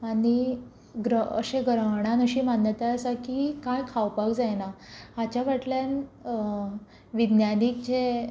आनी अशें ग्रहणांत अशी मान्यताय आसा की कांय खावपाक जायना हाच्या फाटल्यान विज्ञानीक जे